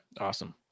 Awesome